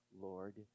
Lord